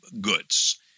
goods